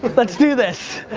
but let's do this.